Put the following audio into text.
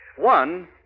One